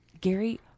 Gary